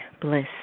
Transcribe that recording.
Bliss